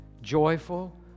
joyful